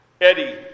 Eddie